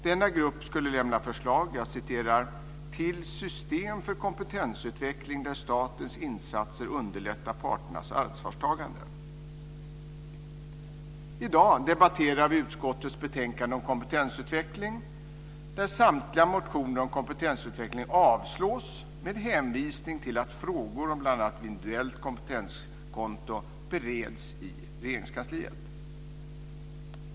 Denna grupp skulle lämna förslag till system för kompetensutveckling där statens insatser underlättar parternas ansvarstagande. I dag debatterar vi utskottets betänkande om kompetensutveckling där samtliga motioner om kompetensutveckling avstyrks med hänvisning till att frågor om bl.a. individuellt kompetenskonto bereds i Regeringskansliet.